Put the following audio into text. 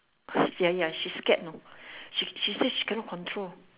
ya ya she scared you know she say cannot control